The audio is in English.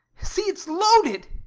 see, it's loaded.